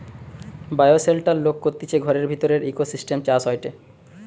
bioshelter লোক করতিছে ঘরের ভিতরের ইকোসিস্টেম চাষ হয়টে